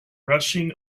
rushing